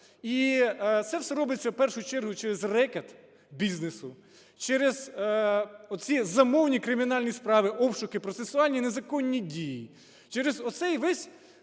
і це все робиться в першу чергу через рекет бізнесу, через оці замовні кримінальні справи, обшуки, процесуальні незаконні дії. Через оцей весь